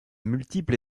multiples